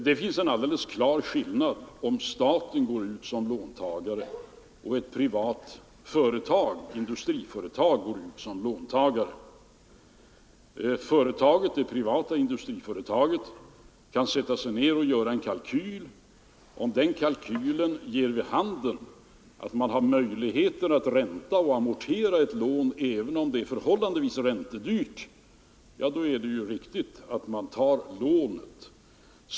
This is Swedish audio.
Det är en klar skillnad mellan staten och ett privat industriföretag som låntagare på den utländska kreditmarknaden. Det privata industriföretaget kan göra en kalkyl. Om den kalkylen ger vid handen att man har möjlighet att ränta och amortera ett lån som är förhållandevis räntedyrt, så är det riktigt att ta lånet.